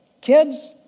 Kids